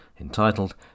entitled